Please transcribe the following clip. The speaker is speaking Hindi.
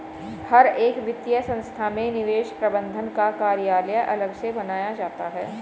हर एक वित्तीय संस्था में निवेश प्रबन्धन का कार्यालय अलग से बनाया जाता है